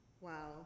wow